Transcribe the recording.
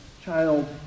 child